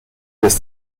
des